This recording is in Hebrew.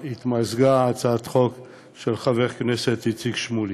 התמזגה אתה הצעת החוק של חבר הכנסת איציק שמולי.